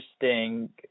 interesting